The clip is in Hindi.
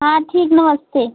हाँ ठीक नमस्ते